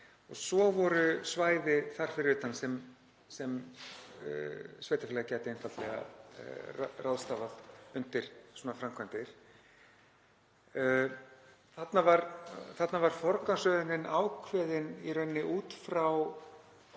og svo voru svæði þar fyrir utan sem sveitarfélag gæti einfaldlega ráðstafað undir svona framkvæmdir. Þarna var forgangsröðunin ákveðin í rauninni út frá